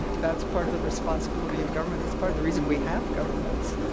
and that's part of the responsibility of government. that's part of the reason we have governments,